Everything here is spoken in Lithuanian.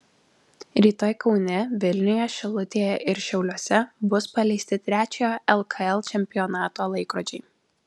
rytoj kaune vilniuje šilutėje ir šiauliuose bus paleisti trečiojo lkl čempionato laikrodžiai